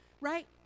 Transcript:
right